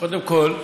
קודם כול,